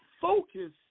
focus